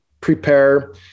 prepare